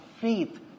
faith